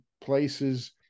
places